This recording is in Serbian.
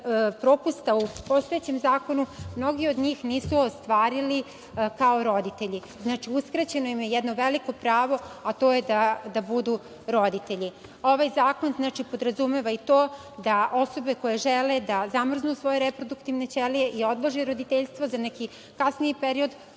propusta u postojećem zakonu mnogi od njih nisu ostvarili kao roditelji. Znači, uskraćeno im je jedno veliko pravo, a to je da budu roditelji. Ovaj zakon, znači, podrazumeva i to da osobe koje žele da zamrznu svoje reproduktivne ćelije i odlože roditeljstvo za neki kasniji period